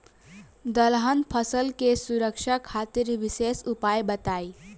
दलहन फसल के सुरक्षा खातिर विशेष उपाय बताई?